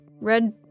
red